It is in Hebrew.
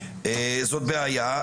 זאת בעיה.